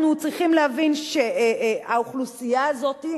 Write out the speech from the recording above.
אנחנו צריכים להבין שהאוכלוסייה הזאת,